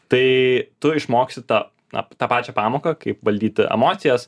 tai tu išmoksi tą na tą pačią pamoką kaip valdyti emocijas